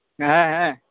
ᱦᱮᱸ ᱦᱮᱸ